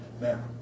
now